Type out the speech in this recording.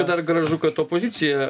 dar gražu kad opozicija